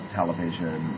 television